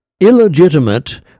illegitimate